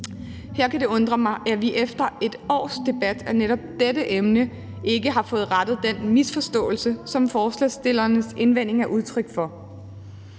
Her kan det undre mig, at vi efter et års debat af netop dette emne ikke har fået rettet den misforståelse, som forslagsstillernes indvending er udtryk for.